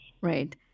right